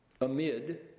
amid